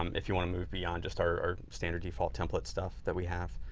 um if you want to move beyond just our standard default templates stuff that we have.